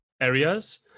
areas